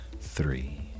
three